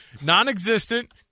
Non-existent